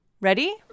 Ready